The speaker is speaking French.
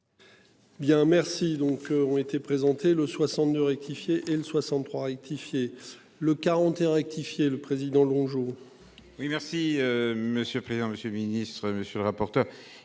Bien merci donc ont été présentés le 62 rectifié et le 63 rectifier le 41 rectifié le président Longeau. Oui, merci monsieur le président, monsieur le ministre, monsieur le rapporteur.